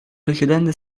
precedente